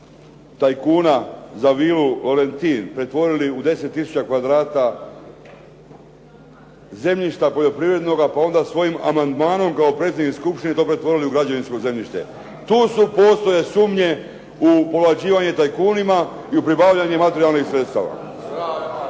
tajkuna za vilu Valentin pretvorili u 10 tisuća kvadrata zemljišta poljoprivrednoga pa onda svojim amandmanom kao predsjednik skupštine to pretvorili u građevinsko zemljište. Tu postoje sumnje u povlađivanje tajkunima i u pribavljanju materijalnih sredstava.